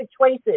choices